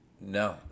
No